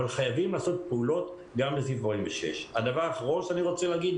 אבל חייבים לעשות פעולות גם בסעיף 46. הדבר האחרון שאני רוצה לומר,